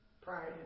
pride